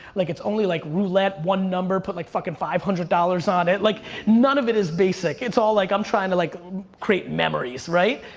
like, it's only like roulette, one number, put like fucking five hundred dollars on it. like none of it is basic, it's all like i'm trying to like create memories, right.